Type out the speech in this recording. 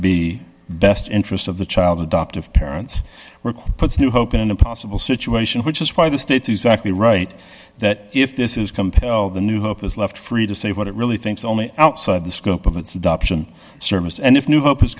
be best interest of the child adoptive parents puts new hope in an impossible situation which is why the state's exactly right that if this is compel the new hope is left free to say what it really thinks only outside the scope of its adoption service and if new hope is